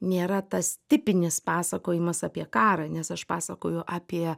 nėra tas tipinis pasakojimas apie karą nes aš pasakoju apie